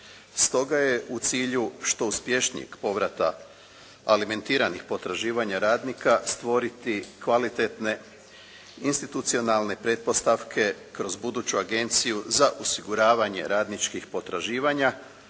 Stoga je u cilju što uspješnijeg povrata alimentiranih potraživanja radnika stvoriti kvalitetne institucionalne pretpostavke kroz buduću Agenciju za osiguravanje radničkih potraživanja